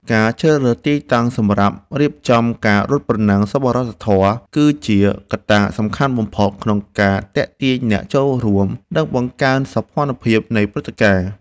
ការជ្រើសរើសទីតាំងសម្រាប់រៀបចំការរត់ប្រណាំងសប្បុរសធម៌ គឺជាកត្តាសំខាន់បំផុតក្នុងការទាក់ទាញអ្នកចូលរួម និងបង្កើនសោភ័ណភាពនៃព្រឹត្តិការណ៍។